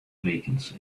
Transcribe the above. vacancy